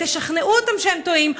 תשכנעו אותם שהם טועים.